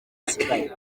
basigaye